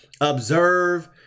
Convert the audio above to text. observe